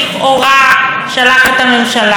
לבובות על חוט דה פקטו של השרים,